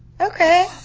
Okay